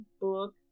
book